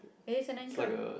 it is an anchor